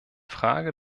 frage